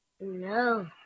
No